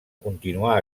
continuar